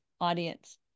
audience